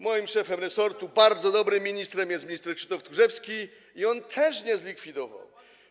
Moim szefem resortu, bardzo dobrym ministrem, jest minister Krzysztof Tchórzewski i on też nie zlikwidował.